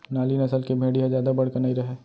नाली नसल के भेड़ी ह जादा बड़का नइ रहय